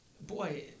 Boy